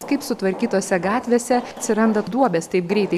kaip sutvarkytose gatvėse atsiranda duobės taip greitai